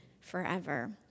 forever